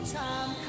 time